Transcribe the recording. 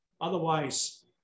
Otherwise